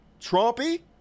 Trumpy